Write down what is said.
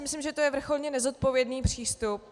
Myslím si, že to je vrcholně nezodpovědný přístup.